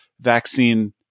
vaccine